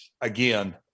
again